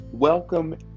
Welcome